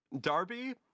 Darby